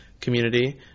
community